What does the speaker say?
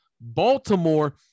Baltimore